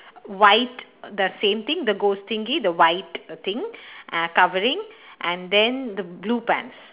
white the same thing the ghost thingy the white thing uh covering and then the blue pants